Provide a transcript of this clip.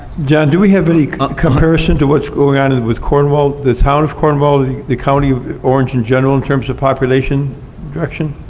john, do we have any comparison to what's going on and with cornwall, the town of cornwall, and the county of orange in general, in terms of population reduction